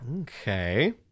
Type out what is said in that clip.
okay